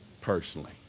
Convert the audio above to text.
personally